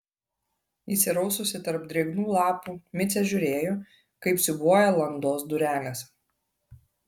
įsiraususi tarp drėgnų lapų micė žiūrėjo kaip siūbuoja landos durelės